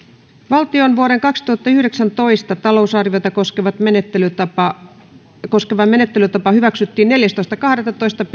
valtion vuoden kaksituhattayhdeksäntoista talousarviota koskeva menettelytapa koskeva menettelytapa hyväksyttiin neljästoista kahdettatoista